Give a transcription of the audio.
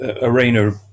arena